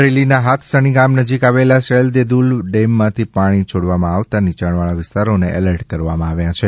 અમરેલીના હાથસણી ગામ નજીક આવેલા શેલ દેદુમલ ડેમમાંથી પાણી છોડવામાં આવતા નિયાણવાળા વિસ્તારોને એલર્ટ કરવામાં આવ્યા છે